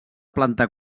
planta